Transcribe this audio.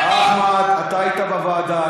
אחמד, אתה היית בוועדה.